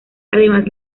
además